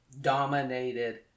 dominated